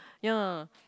ya